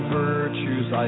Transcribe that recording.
virtues